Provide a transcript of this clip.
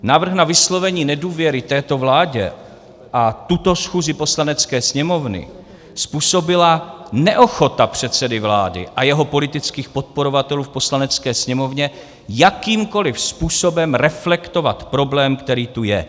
Návrh na vyslovení nedůvěry této vládě a tuto schůzi Poslanecké sněmovny způsobila neochota předsedy vlády a jeho politických podporovatelů v Poslanecké sněmovně jakýmkoli způsobem reflektovat problém, který tu je.